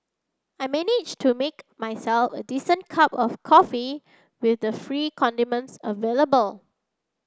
I managed to make myself a decent cup of coffee with the free condiments available